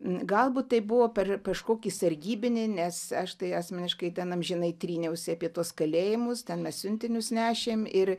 galbūt tai buvo per kažkokį sargybinį nes aš tai asmeniškai ten amžinai tryniausi apie tuos kalėjimus ten mes siuntinius nešėm ir